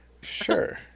Sure